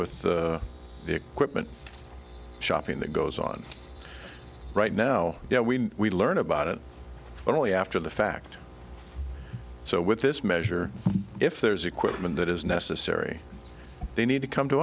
with the equipment shopping that goes on right now you know we we learn about it but only after the fact so with this measure if there's equipment that is necessary they need to come to